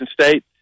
State